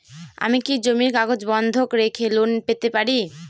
আমি কি জমির কাগজ বন্ধক রেখে লোন পেতে পারি?